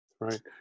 Right